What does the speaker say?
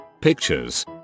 pictures